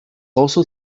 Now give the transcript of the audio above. also